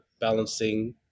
balancing